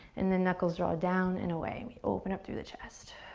and then knuckles draw down and away. we open up through the chest.